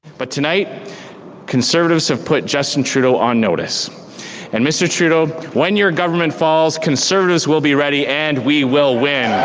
but tonight conservatives have put justin trudeau on notice and mr. trudeau when you're in government falls conservatives will be ready and we will win